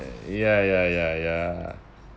ya ya ya ya